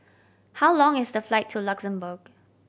how long is the flight to Luxembourg